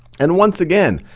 and once again,